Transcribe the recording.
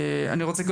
אני רוצה לומר,